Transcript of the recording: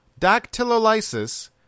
Dactylolysis